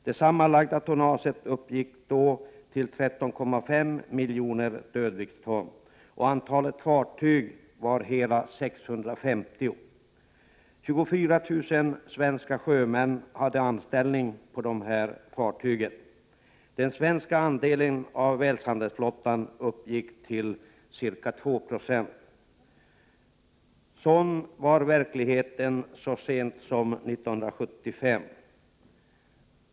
Det sammanlagda tonnaget uppgick då till 13,5 miljoner dödviktston, och antalet fartyg var hela 650. 24 000 svenska sjömän hade anställning på dessa fartyg. Den svenska andelen av världshandelsflottan uppgick till ca 2 96. Sådan var verkligheten så sent som 1975.